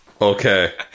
okay